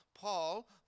Paul